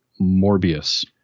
morbius